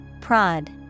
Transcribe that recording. Prod